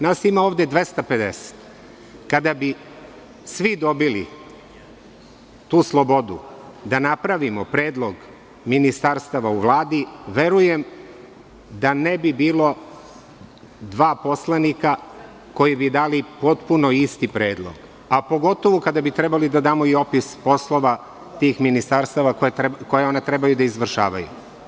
Nas ima ovde 250, kada bi svi dobili tu slobodu da napravimo predlog ministarstava u Vladi verujem da ne bi bilo dva poslanika koji bi dali potpuno isti predlog, a pogotovo kada bi trebali da damo i opis poslova tih ministarstava koja ona trebaju da izvršavaju.